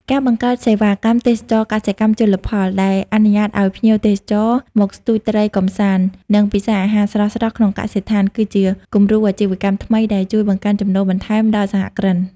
ការបង្កើតសេវាកម្ម "ទេសចរណ៍កសិកម្មជលផល" ដែលអនុញ្ញាតឱ្យភ្ញៀវទេសចរមកស្ទូចត្រីកម្សាន្ត និងពិសាអាហារស្រស់ៗក្នុងកសិដ្ឋាន គឺជាគំរូអាជីវកម្មថ្មីដែលជួយបង្កើនចំណូលបន្ថែមដល់សហគ្រិន។